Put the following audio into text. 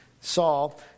Saul